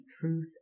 truth